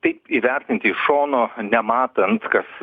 taip įvertinti iš šono nematant kas